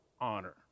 honor